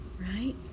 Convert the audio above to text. right